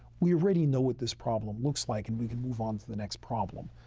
we already know what this problem looks like and we can move on to the next problem.